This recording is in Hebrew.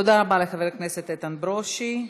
תודה רבה לחבר הכנסת איתן ברושי.